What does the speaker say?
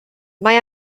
mae